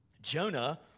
Jonah